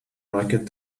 rocket